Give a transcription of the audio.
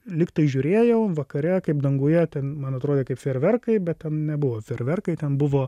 lyg tai žiūrėjau vakare kaip danguje ten man atrodė kaip fejerverkai bet ten nebuvo fejerverkai ten buvo